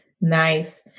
Nice